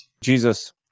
Jesus